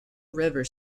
river